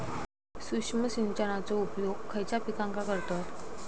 सूक्ष्म सिंचनाचो उपयोग खयच्या पिकांका करतत?